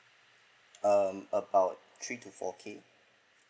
um about three to four K